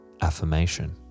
affirmation